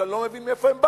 שאני לא מבין מאיפה הן באו.